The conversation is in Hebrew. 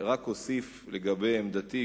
רק אוסיף לגבי עמדתי,